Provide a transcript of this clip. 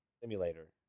Simulator